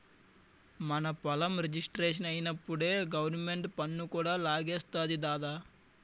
మన పొలం రిజిస్ట్రేషనప్పుడే గవరమెంటు పన్ను కూడా లాగేస్తాది దద్దా